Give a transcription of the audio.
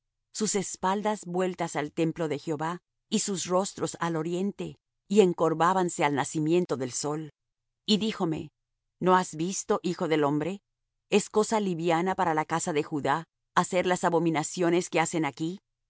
sus espaldas vueltas al templo de jehová y sus rostros al oriente y encorvábanse al nacimiento del sol y díjome no has visto hijo del hombre es cosa liviana para la casa de judá hacer las abominaciones que hacen aquí